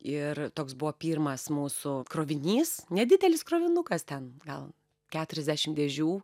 ir toks buvo pirmas mūsų krovinys nedidelis krovinukas ten gal keturiasdešim dėžių